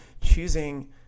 choosing